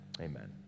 Amen